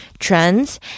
trends